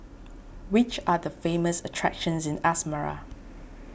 which are the famous attractions in Asmara